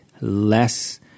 less